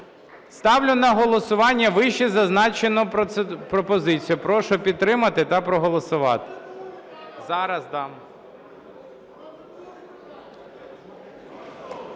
Ставлю на голосування вищезазначену пропозицію. Прошу підтримати та проголосувати. Власенку,